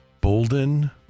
Bolden